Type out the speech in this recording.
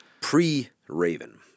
pre-Raven